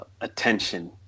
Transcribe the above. attention